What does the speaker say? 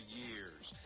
years